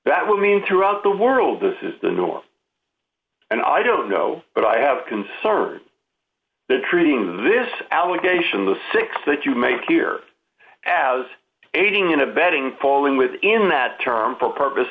that would mean throughout the world this is the norm and i don't know but i have concerns the treating this allegation the six that you make here as aiding and abetting falling within that term for purpose